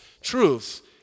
truth